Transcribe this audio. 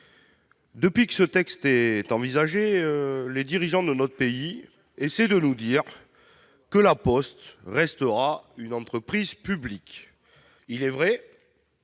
Depuis que ce texte est à l'étude, les dirigeants de notre pays essaient de nous dire que La Poste restera une entreprise publique. Il est vrai-